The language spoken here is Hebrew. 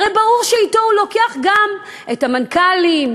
הרי ברור שהוא לוקח אתו גם את המנכ"לים,